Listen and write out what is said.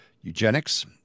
eugenics